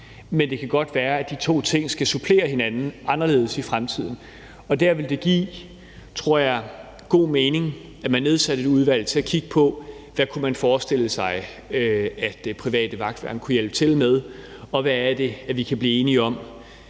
men det kan godt være, at de to ting skal supplere hinanden anderledes i fremtiden. Der ville det, tror jeg, give god mening, at man nedsatte et udvalg til at kigge på, hvad man kunne forestille sig at private vagtværn kan hjælpe til med, og hvad det er, vi kan blive enige om